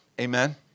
Amen